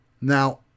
now